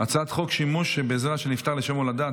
העברת הצעת חוק שימוש בזרע של נפטר לשם הולדה,